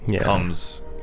comes